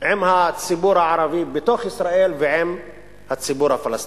עם הציבור הערבי בתוך ישראל ועם הציבור הפלסטיני.